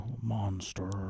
Monster